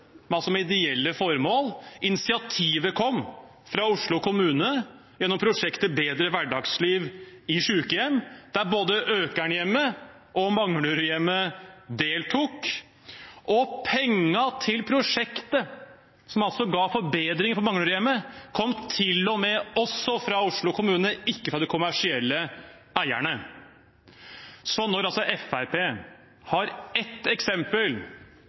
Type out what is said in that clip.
med ideelle formål. Initiativet kom fra Oslo kommune gjennom prosjektet «Bedre hverdagsliv i sykehjem», der både Økernhjemmet og Manglerudhjemmet deltok. Til og med pengene til prosjektet, som ga forbedringer på Manglerudhjemmet, kom fra Oslo kommune, ikke fra de kommersielle eierne. Når Fremskrittspartiet har ett eksempel